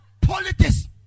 politics